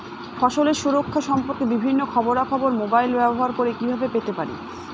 ফসলের সুরক্ষা সম্পর্কে বিভিন্ন খবরা খবর মোবাইল ব্যবহার করে কিভাবে পেতে পারি?